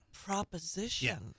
proposition